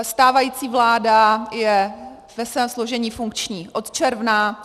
Stávající vláda je ve svém složení funkční od června.